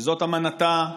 שזאת אמנתה,